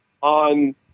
on